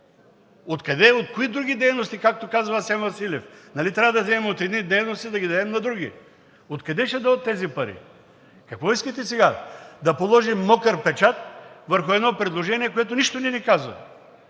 Откъде, от кои други дейности, както казва Асен Василев? Нали трябва да вземем от едни дейности и да ги дадем на други? Откъде ще дойдат тези пари? Какво искате сега? Да положим мокър печат върху едно предложение, което нищо не ни казва